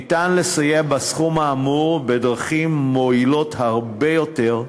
אפשר לסייע בסכום האמור בדרכים מועילות הרבה יותר,